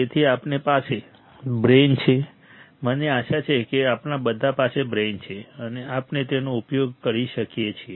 તેથી આપણી પાસે બ્રેઇન છે મને આશા છે કે આપણા બધા પાસે બ્રેઇન છે અને આપણે તેનો ઉપયોગ કરીએ છીએ